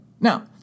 Now